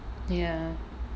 ya